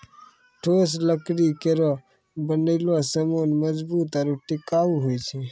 ठोस लकड़ी केरो बनलो सामान मजबूत आरु टिकाऊ होय छै